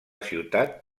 ciutat